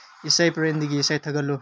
ꯏꯁꯩ ꯄꯔꯦꯡꯗꯒꯤ ꯏꯁꯩ ꯊꯥꯒꯠꯂꯨ